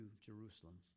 Jerusalem